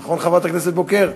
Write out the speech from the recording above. נכון, חברת הכנסת בוקר?